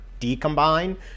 decombine